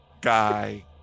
guy